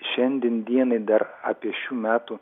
šiandien dienai dar apie šių metų